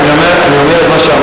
אני אומר את מה שאמרתי,